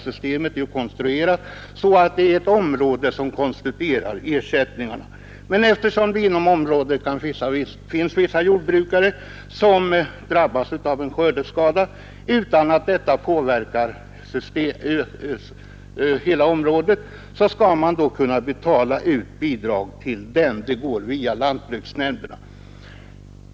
Systemet är konstruerat så att det är ett område som konstituerar ersättningarna, eftersom det inom ett område kan finnas vissa jordbrukare som drabbas av en skördeskada utan att det påverkar resultatet för hela området och då skall man kunna betala ut bidrag till dessa jordbrukare, vilket sker via lantbruksnämnderna.